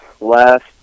last